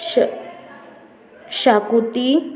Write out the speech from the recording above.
शक शाकोती